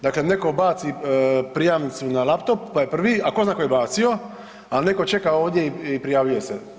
Dakle, neko baci prijavnicu na laptop pa je prvi, a tko zna tko je bacio, a neko čega ovdje i prijavljuje se.